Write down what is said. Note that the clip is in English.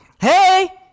Hey